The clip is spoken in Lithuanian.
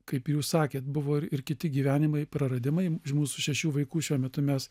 kaip jūs sakėt buvo ir kiti gyvenimai praradimai iš mūsų šešių vaikų šiuo metu mes